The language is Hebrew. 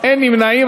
אין נמנעים.